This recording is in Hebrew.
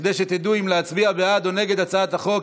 כדי שתדעו אם להצביע בעד או נגד הצעת החוק,